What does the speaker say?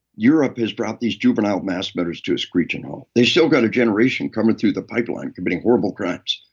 europe has brought these juvenile mass murders to a screeching halt. they've still got a generation coming through the pipeline committing horrible crimes,